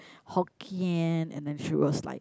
Hokkien and then she was like